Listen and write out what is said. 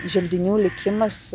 želdinių likimas